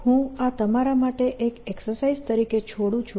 હું આ તમારા માટે એક એક્સરસાઇઝ તરીકે છોડું છું